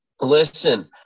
Listen